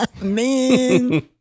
Man